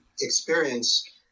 experience